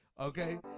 okay